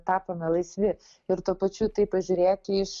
tapome laisvi ir tuo pačiu į tai pažiūrėt iš